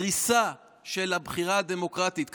דריסה של הבחירה הדמוקרטית.